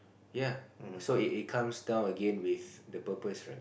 ya so it it comes down again with the purpose right